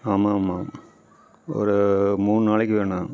ஆமாம் ஆமாம் ஒரு மூண் நாளைக்கு வேணும்